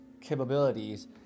capabilities